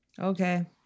Okay